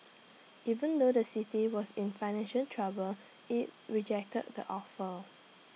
even though the city was in financial trouble IT rejected the offer